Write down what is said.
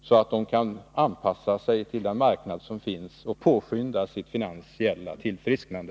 Företagen måste anpassa sig till den marknad som finns och påskynda sitt finansiella tillfrisknande.